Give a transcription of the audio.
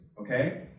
Okay